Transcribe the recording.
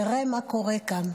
תראה מה קורה כאן,